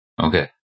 Okay